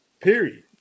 Period